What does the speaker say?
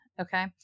Okay